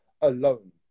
alone